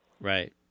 Right